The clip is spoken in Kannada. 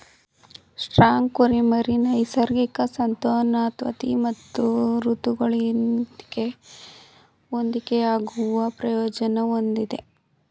ಸ್ಪ್ರಿಂಗ್ ಕುರಿಮರಿ ನೈಸರ್ಗಿಕ ಸಂತಾನೋತ್ಪತ್ತಿ ಮತ್ತು ಋತುಗಳೊಂದಿಗೆ ಹೊಂದಿಕೆಯಾಗುವ ಪ್ರಯೋಜನ ಹೊಂದಿದೆ